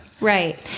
Right